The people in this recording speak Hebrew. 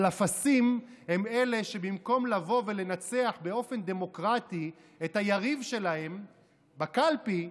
אבל אפסים הם אלה שבמקום לבוא ולנצח באופן דמוקרטי את היריב שלהם בקלפי,